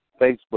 Facebook